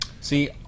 See